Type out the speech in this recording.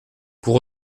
pour